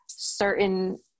Certain